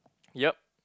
yup